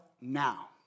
now